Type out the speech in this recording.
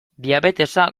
diabetesa